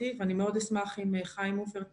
בישיבה בין שרי הבריאות והאוצר,